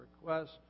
request